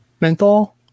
Menthol